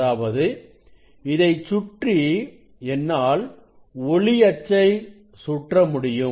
அதாவது இதைச் சுற்றி என்னால் ஒளி அச்சை சுற்ற முடியும்